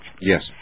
Yes